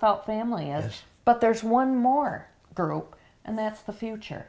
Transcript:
thought family is but there's one more group and that's the future